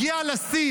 הגיע לשיא,